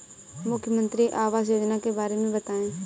मुख्यमंत्री आवास योजना के बारे में बताए?